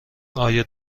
آیا